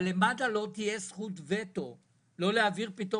אבל למד"א לא תהיה זכות וטו לא להעביר פתאום